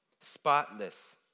spotless